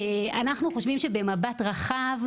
אנחנו חושבים שבמבט רחב,